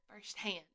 firsthand